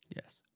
Yes